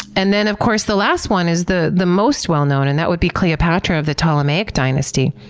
and then of course, the last one is the the most well-known and that would be cleopatra of the ptolemaic dynasty.